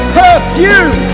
perfume